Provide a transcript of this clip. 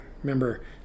remember